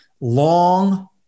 long